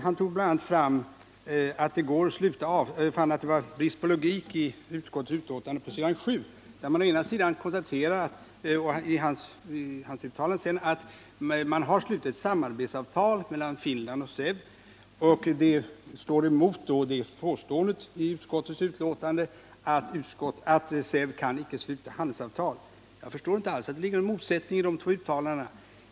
Han påstod att det finns en brist i logik på s. 7 i utskottets betänkande, där man å ena sidan konstaterar att samarbetsavtal har slutits mellan Finland och SEV och å andra sidan säger att SEV inte kan sluta handelsavtal. Jag förstår inte alls att det ligger någon motsättning i dessa uttalanden.